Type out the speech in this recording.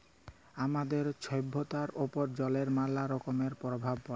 আমাদের ছভ্যতার উপর জলের ম্যালা রকমের পরভাব পড়ে